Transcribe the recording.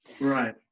Right